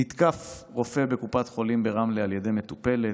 הותקף רופא בקופת חולים ברמלה על ידי מטופלת,